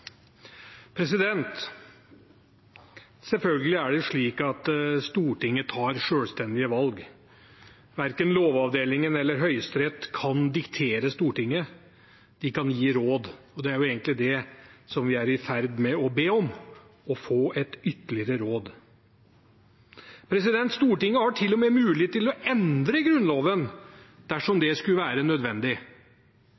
Selvfølgelig er det slik at Stortinget tar selvstendige valg. Verken Lovavdelingen eller Høyesterett kan diktere Stortinget. De kan gi råd, og det er jo egentlig det som vi er i ferd med å be om: å få et ytterligere råd. Stortinget har til og med mulighet til å endre Grunnloven dersom